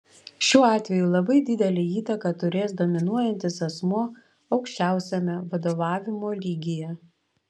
šiuo atveju labai didelę įtaką turės dominuojantis asmuo aukščiausiame vadovavimo lygyje